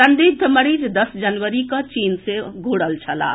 संदिग्ध मरीज दस जनवरी के चीन सँ घूरल छलाह